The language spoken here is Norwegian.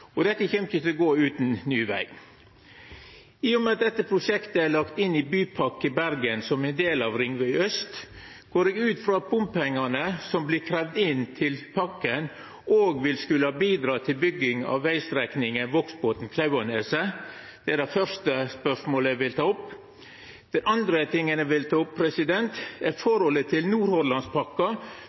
Dette kjem ikkje til å gå utan ny veg. I og med at dette prosjektet er lagt inn i Bypakke Bergen, som del av Ringveg øst, går eg ut frå at bompengane som blir kravde inn til pakken, òg skal bidra til bygging av vegstrekninga Vågsbotn–Klauvaneset. Det er det første spørsmålet eg vil ta opp. Det andre eg vil ta opp, er forholdet til